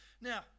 Now